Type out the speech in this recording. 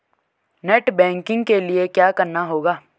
Net banking के लिए क्या करना होगा?